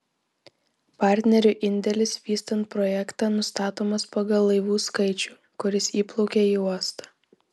partnerių indėlis vystant projektą nustatomas pagal laivų skaičių kuris įplaukia į uostą